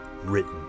Written